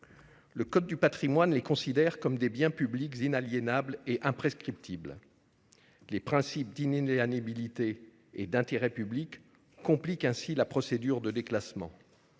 Le code du patrimoine les considère comme des biens publics inaliénables et imprescriptibles. Les principes d'inaliénabilité et d'intérêt public compliquent ainsi la procédure de déclassement.